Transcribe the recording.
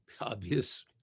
obvious